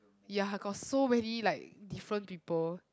ya got so many like different people